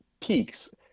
peaks